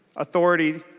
authority